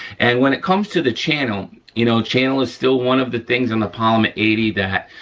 and when it comes to the channel, you know, channel is still one of the things in the polymer eighty that,